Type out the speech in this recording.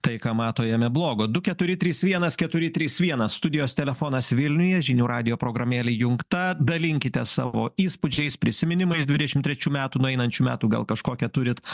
tai ką mato jame blogo du keturi trys vienas keturi trys vienas studijos telefonas vilniuje žinių radijo programėlė įjungta dalinkitės savo įspūdžiais prisiminimais dvidešimt trečių metų nueinančių metų gal kažkokį turit